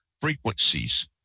frequencies